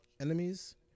enemies